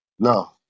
No